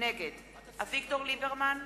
נגד אביגדור ליברמן,